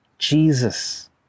Jesus